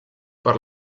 per